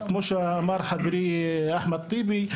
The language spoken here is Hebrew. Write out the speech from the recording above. כמו שאחר חברי אחמד טיבי,